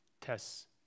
tests